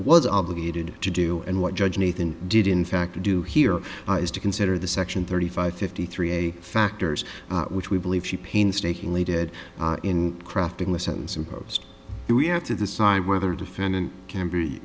was obligated to do and what judge nathan did in fact to do here is to consider the section thirty five fifty three a factors which we believe she painstakingly did in crafting the sentence imposed we have to decide whether defendant can be